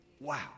Wow